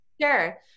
Sure